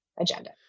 agenda